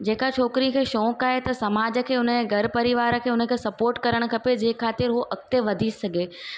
जेका छोकिरी खे शौंक़ु आहे त समाज खे उनजे घर परिवार खे उनखे सपोट करणु खपे जंहिं ख़ातिर उहो अॻिते वधी सघे